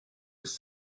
was